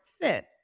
fit